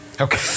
Okay